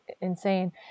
insane